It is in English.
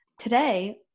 today